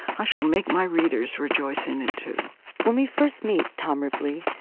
i shall make my readers rejoice in it, too when we first meet tom ripley,